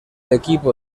equipo